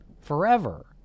Forever